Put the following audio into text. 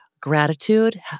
Gratitude